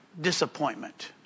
disappointment